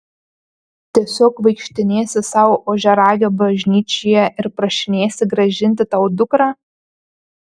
tiesiog vaikštinėsi sau ožiaragio bažnyčioje ir prašinėsi grąžinti tau dukrą